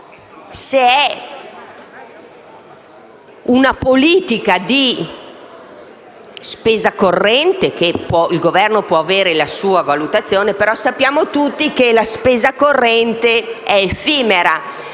Se è una politica di spesa corrente - e il Governo può avere la sua valutazione - sappiamo tutti che la spesa corrente è effimera;